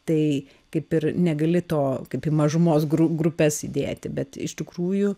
tai kaip ir negali to kaip į mažumos gru grupes įdėti bet iš tikrųjų